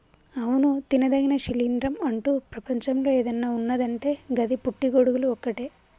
అవును తినదగిన శిలీంద్రం అంటు ప్రపంచంలో ఏదన్న ఉన్నదంటే గది పుట్టి గొడుగులు ఒక్కటే